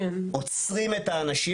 עוצרים את האנשים